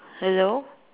hello